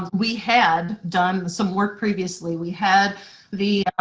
we had done some work previously, we had the oh,